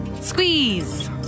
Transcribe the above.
Squeeze